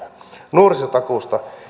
nuorisotakuusta